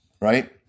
Right